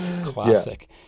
Classic